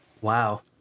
Wow